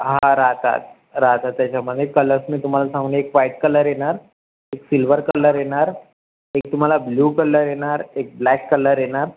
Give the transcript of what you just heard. हां राहतात राहतात त्याच्यामध्ये कलर्स मी तुम्हाला सांगू एक व्हाइट कलर येणार एक सिल्वर कलर येणार एक तुम्हाला ब्ल्यू कलर येणार एक ब्लॅक कलर येणार